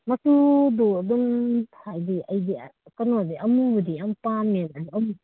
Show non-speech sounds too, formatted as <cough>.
ꯃꯆꯨꯗꯣ ꯑꯗꯨꯝ ꯍꯥꯏꯗꯤ ꯑꯩꯗꯤ ꯀꯩꯅꯣꯁꯦ ꯑꯃꯨꯕꯗꯤ ꯌꯥꯝ ꯄꯥꯝꯃꯦꯕ <unintelligible>